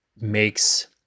makes